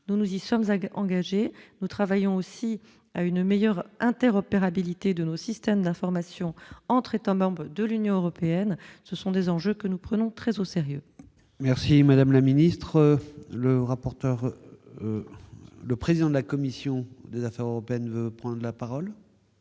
nous nous y sommes zinc engagé, nous travaillons aussi à une meilleure interopérabilité de nos systèmes d'information entre États-membres de l'Union européenne, ce sont des enjeux que nous prenons très au sérieux. Merci madame la ministre, le rapporteur, le président de la commission des Affaires européennes, veut prendre la parole.